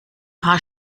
paar